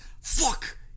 Fuck